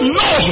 no